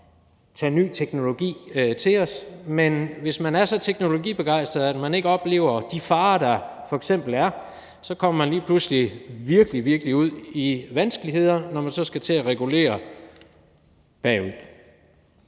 tage ny teknologi til os – men hvis man er så teknologibegejstret, at man ikke oplever de farer, der f.eks. er, så kommer man lige pludselig virkelig ud i vanskeligheder, når man så skal til at regulere bagud.